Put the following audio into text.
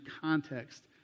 context